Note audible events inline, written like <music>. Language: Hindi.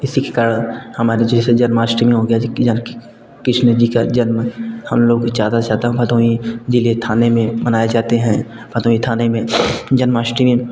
इसी के कारण हमारी जैसे जन्माष्टमी हो गया <unintelligible> कृष्ण जी का जन्म हम लोग भी ज़्यादा से ज़्यादा भदोही ज़िले थाने में मनाए जाते हैं भदोही थाने में जन्माष्टमी